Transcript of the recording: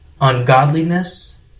ungodliness